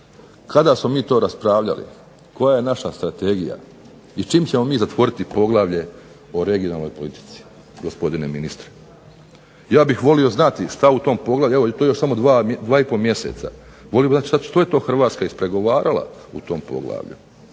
Kada smo mi to raspravljali? Koja je naša strategija? I Čime ćemo mi zatvoriti poglavlje o regionalnoj politici? Ja bih volio znati što u tom poglavlju, to samo još dva i pol mjeseca, volio bih znati što je to Hrvatska ispregovarala u tom poglavlju